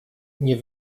nie